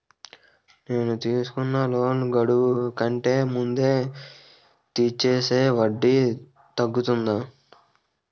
నేను తీసుకున్న లోన్ గడువు కంటే ముందే తీర్చేస్తే వడ్డీ తగ్గుతుందా?